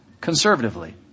Conservatively